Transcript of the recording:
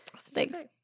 Thanks